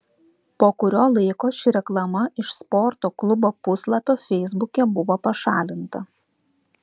po kurio laiko ši reklama iš sporto klubo puslapio feisbuke buvo pašalinta